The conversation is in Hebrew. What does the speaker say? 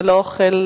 ללא אוכל,